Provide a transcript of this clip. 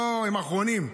לא, הם אחרונים.